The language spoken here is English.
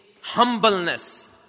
humbleness